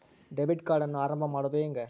Debit ಕಾರ್ಡನ್ನು ಆರಂಭ ಮಾಡೋದು ಹೇಗೆ?